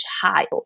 child